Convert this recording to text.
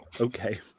Okay